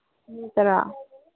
ꯃꯤ ꯇꯔꯥ